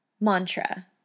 Mantra